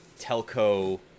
telco